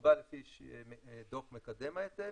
שנקבע לפי דוח מקדם ההיטל,